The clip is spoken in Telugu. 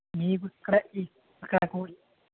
మీకు ఇక్కడే